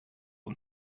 und